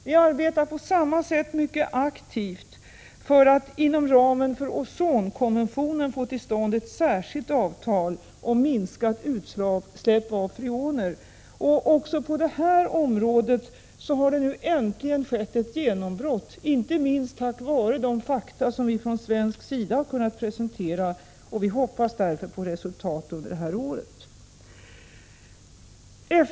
Vi arbetar på samma sätt mycket aktivt för att inom ramen för ozonkonventionen få till stånd ett särskilt avtal om minskat utsläpp av freoner. Också på detta område har det äntligen skett ett genombrott, inte minst tack vare de fakta som vi från svensk 36 sida har kunnat presentera. Vi hoppas därför på resultat under detta år.